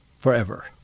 forever